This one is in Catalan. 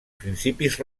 principis